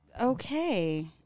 okay